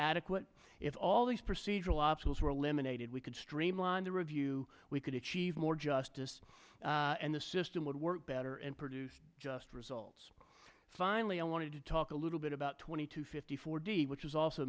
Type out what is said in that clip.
adequate if all these procedural obsoletes were eliminated we could streamline the review we could achieve more justice and the system would work better and produce just results finally i wanted to talk a little bit about twenty two fifty four d which is also